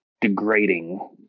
degrading